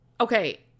Okay